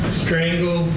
strangle